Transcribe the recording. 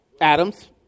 Adams